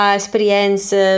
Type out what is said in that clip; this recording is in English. esperienze